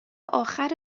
آخر